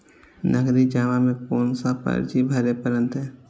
नगदी जमा में कोन सा पर्ची भरे परतें?